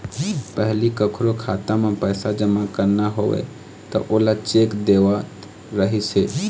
पहिली कखरो खाता म पइसा जमा करना होवय त ओला चेक देवत रहिस हे